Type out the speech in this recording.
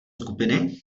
skupiny